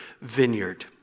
vineyard